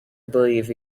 believe